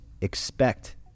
expect